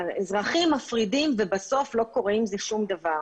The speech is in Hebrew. האזרחים מפרידים ובסוף לא קורה עם זה שום דבר.